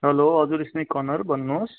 हलो हजुर snack corner भन्नुहोस्